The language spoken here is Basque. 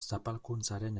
zapalkuntzaren